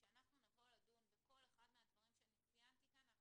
כשאנחנו נבוא לדון בכל אחד המדברים שציינתי כאן,